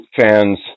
fans